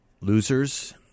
losers